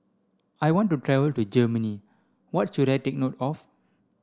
I want to travel to Germany What should I take note of